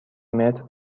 متر